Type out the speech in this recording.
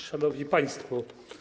Szanowni Państwo!